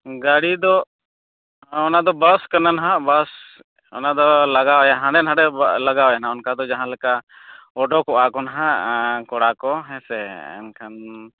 ᱜᱟᱹᱲᱤ ᱫᱚ ᱚᱱᱟᱫᱚ ᱵᱟᱥ ᱠᱟᱱᱟ ᱱᱟᱦᱟᱜ ᱵᱟᱥ ᱚᱱᱟᱫᱚ ᱞᱟᱜᱟᱭᱟ ᱦᱟᱸᱰᱮ ᱱᱟᱸᱰᱮ ᱞᱟᱜᱟᱭᱟ ᱱᱟᱦᱟᱜ ᱚᱱᱠᱟ ᱫᱚ ᱡᱟᱦᱟᱸ ᱞᱮᱠᱟ ᱚᱰᱳᱠ ᱠᱚᱜ ᱟᱠᱚ ᱱᱟᱦᱟᱜ ᱟᱨ ᱠᱚᱲᱟ ᱠᱚ ᱦᱮᱸᱥᱮ ᱮᱱᱠᱷᱟᱱ